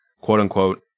quote-unquote